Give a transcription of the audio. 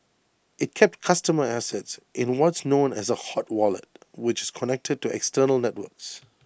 IT kept customer assets in what's known as A hot wallet which is connected to external networks